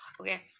okay